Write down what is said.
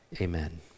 Amen